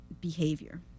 behavior